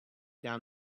down